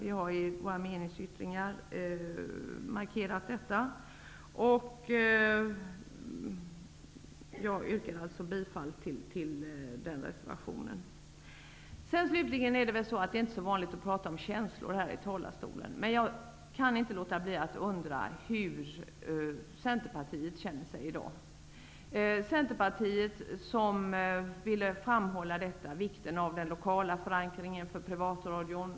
I våra meningsyttringar har vi markerat att vi ställer oss bakom den. Slutligen, fru talman, är det väl inte så vanligt att man i denna talarstol talar om känslor. Men jag undrar hur man känner sig i Centerpartiet i dag. Centerpartiet vill ju framhålla vikten av den lokala förankringen för privatradion.